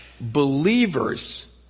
believers